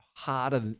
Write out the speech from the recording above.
harder